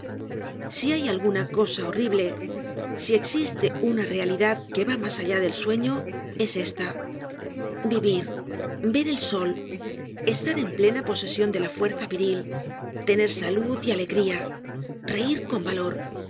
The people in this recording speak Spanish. si hay alguna cosa horrible si existe una realidad que va mas allá del sueño es esta vivir ver el sol estar en plena posesion de la fuerza viril tener salud y alegría reir con valor